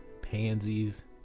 Pansies